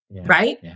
right